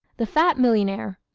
the fat millionaire